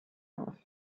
off